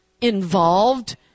involved